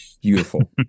Beautiful